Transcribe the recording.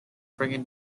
bringing